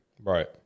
Right